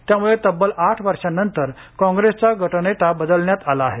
त्यामुळे तब्बल आठ वर्षानंतर काँग्रेसचा गटनेता बदलण्यात आला आहे